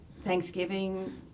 Thanksgiving